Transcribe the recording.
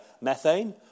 methane